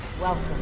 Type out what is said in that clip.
Welcome